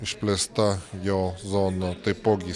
išplėsta jo zona taipogi